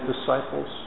disciples